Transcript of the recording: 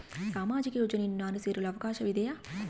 ಸಾಮಾಜಿಕ ಯೋಜನೆಯನ್ನು ನಾನು ಸೇರಲು ಅವಕಾಶವಿದೆಯಾ?